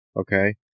Okay